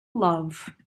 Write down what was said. love